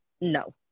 no